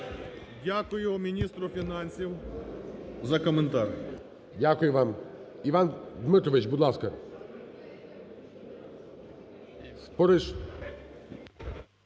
Дякую міністру фінансів за коментар. ГОЛОВУЮЧИЙ. Дякую вам. Іван Дмитрович, будь ласка.